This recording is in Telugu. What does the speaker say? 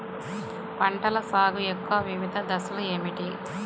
పంటల సాగు యొక్క వివిధ దశలు ఏమిటి?